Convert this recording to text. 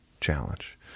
challenge